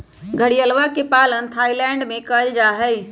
घड़ियलवा के पालन थाईलैंड में कइल जाहई